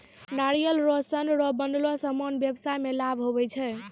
नारियल रो सन रो बनलो समान व्याबसाय मे लाभ हुवै छै